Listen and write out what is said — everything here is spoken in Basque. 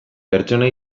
pertsona